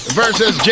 versus